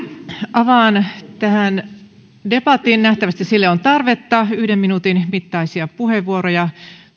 avaan tähän debatin nähtävästi sille on tarvetta edustajat voivat pyytää yhden minuutin mittaisia puheenvuoroja